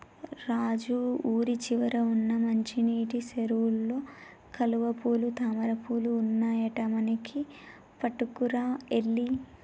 రాజు ఊరి చివర వున్న మంచినీటి సెరువులో కలువపూలు తామరపువులు ఉన్నాయట మనకి పట్టుకురా ఎల్లి